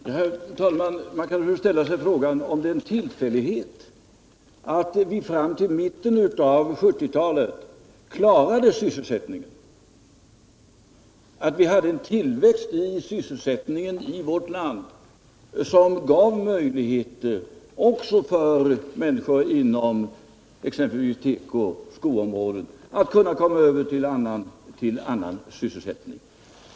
Herr talman! Man kan naturligtvis fråga sig om det är en tillfällighet att vi fram till mitten av 1970-talet klarat sysselsättningen, att vi hade en tillväxt i sysselsättningen i vårt land som gav möjligheter också för människor inom exempelvis tekooch skoindustrin att komma över till annan sysselsättning.